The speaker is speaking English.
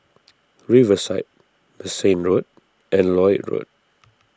Riverside Bassein Road and Lloyd Road